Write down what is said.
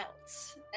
else